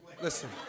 listen